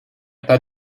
pas